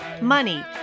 money